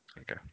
Okay